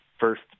first